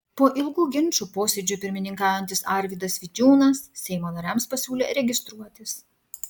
po ilgų ginčų posėdžiui pirmininkaujantis arvydas vidžiūnas seimo nariams pasiūlė registruotis